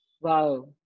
Wow